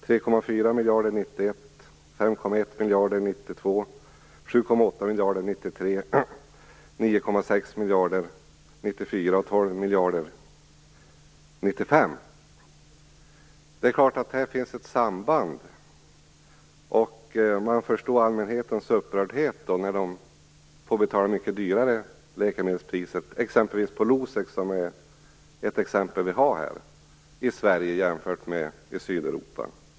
12 miljarder år 1995. Det är klart att det finns ett samband här. Det är lätt att förstå allmänhetens upprördhet när de får betala mycket högre läkemedelspriser på t.ex. Losec här i Sverige jämfört med i Sydeuropa.